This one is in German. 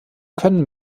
können